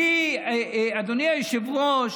אדוני היושב-ראש,